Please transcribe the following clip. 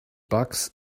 bucks